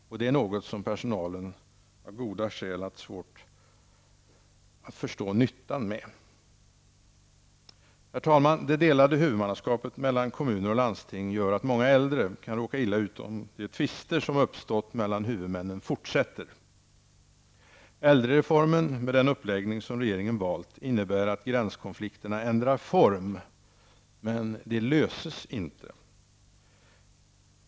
Detta är något som personalen med goda skäl har svårt att förstå nyttan med. Herr talman! Det delade huvudmannaskapet mellan kommuner och landsting gör att många äldre kan råka illa ut, om de tvister som uppstått mellan huvudmännen fortsätter. Äldrereformen, med den uppläggning som regeringen valt, innebär att gränskonflikterna ändrar form, men de löses inte.